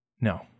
No